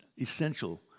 essential